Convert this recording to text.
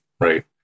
right